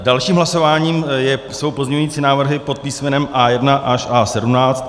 Dalším hlasováním jsou pozměňující návrhy pod písmenem A1 až A17.